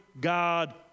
God